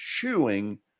chewing